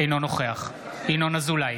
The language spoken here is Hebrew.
אינו נוכח ינון אזולאי,